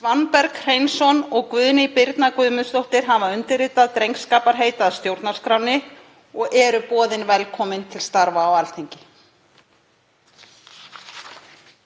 Svanberg Hreinsson og Guðný Birna Guðmundsdóttir hafa undirritað drengskaparheit að stjórnarskránni og eru boðin velkomin til starfa á Alþingi.